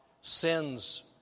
sin's